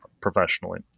professionally